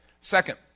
Second